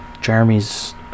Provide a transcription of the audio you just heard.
Jeremy's